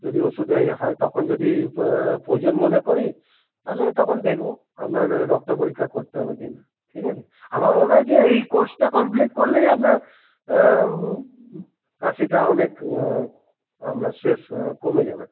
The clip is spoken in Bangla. যদি ওষুধে ইয়ে হয় তখন যদি প্রয়োজন মনে করি তাহলে তখন দেখব আপনার রক্ত পরীক্ষা করতে হবে কি না ঠিক আছে আমার মনে হয় যে এই কোর্সটা কমপ্লিট করলেই আপনার কাশিটা অনেক আপনার শেষ কমে যাবে